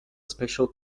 special